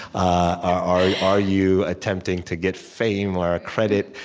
are are you attempting to get fame or ah credit?